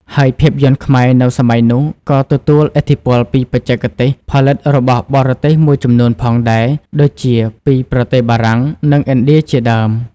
ហើយភាពយន្តខ្មែរនៅសម័យនោះ ក៏ទទួលឥទ្ធិពលពីបច្ចេកទេសផលិតរបស់បរទេសមួយចំនួនផងដែរ ដូចជាពីប្រទេសបារាំង និងឥណ្ឌា ជាដើម។